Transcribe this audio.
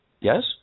Yes